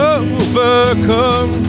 overcome